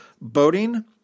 boating